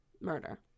murder